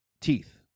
teeth